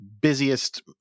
busiest